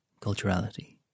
Culturality